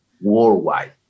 worldwide